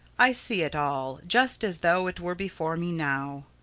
i see it all, just as though it were before me now.